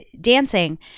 dancing